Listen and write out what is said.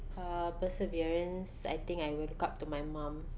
uh perseverance I think I look up to my mom